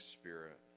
spirit